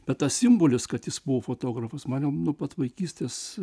be tas simbolis kad jis buvo fotografas man jau nuo pat vaikystės